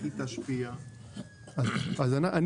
איך היא תשפיע?